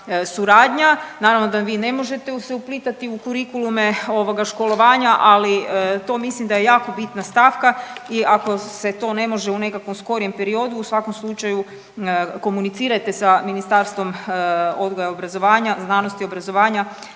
Naravno da vi ne možete se uplitati u kurikulume, ovoga, školovanja, ali to mislim da je jako bitna stavka i ako se to ne može u nekakvom skorijem periodu u svakom slučaju komunicirajte sa Ministarstvom odgoja i obrazovanja, znanosti i obrazovanja